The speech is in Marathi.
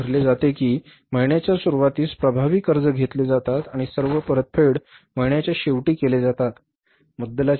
असे गृहीत धरले जाते की महिन्याच्या सुरूवातीस प्रभावी कर्जे घेतले जातात आणि सर्व परतफेड महिन्याच्या शेवटी केले जातात